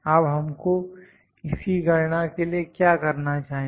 अब हमको इसकी गणना के लिए क्या करना चाहिए